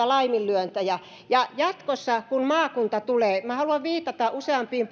laiminlyöntejä ja jatkossa kun maakunta tulee minä haluan viitata useampiin